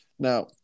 Now